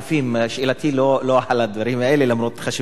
שאלתי לא על הדברים האלה למרות חשיבותם.